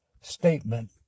statement